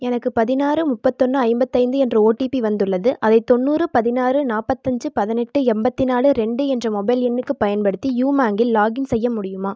எனக்கு பதினாறு முப்பத்தொன்று ஐம்பத்தைந்து என்ற ஓடிபி வந்துள்ளது அதை தொண்ணூறு பதினாறு நாற்பத்தஞ்சு பதினெட்டு எண்பத்தி நாலு ரெண்டு என்ற மொபைல் எண்ணுக்குப் பயன்படுத்தி யூமாங் இல் லாக் இன் செய்ய முடியுமா